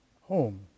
home